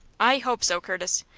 i hope so, curtis.